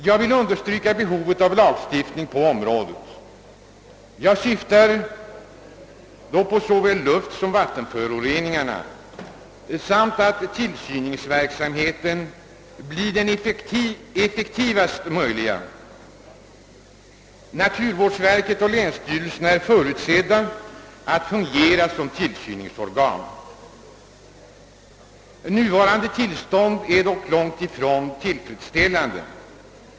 Jag vill understryka behovet av lagstiftning på området — jag syftar då på såväl luftsom vattenföroreningarna — och Öönskvärdheten av att tillsynsverksamheten blir den effektivaste möjliga. Naturvårdsverket och länsstyrelserna skall fungera som tillsynsorgan. Det nuvarande tillståndet är långt ifrån tillfredsställande.